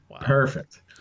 Perfect